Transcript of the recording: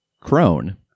crone